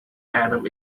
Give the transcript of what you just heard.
adam